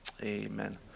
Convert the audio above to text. Amen